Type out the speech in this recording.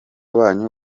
banyu